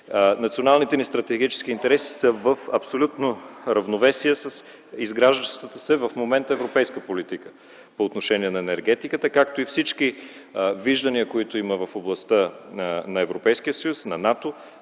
Националните ни стратегически интереси са в абсолютно равновесие с изграждащата се в момента европейска политика по отношение на енергетиката, както и всички виждания, които има в областта на Европейския